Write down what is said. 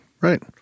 right